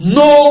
no